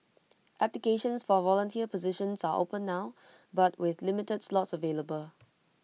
applications for volunteer positions are open now but with limited slots available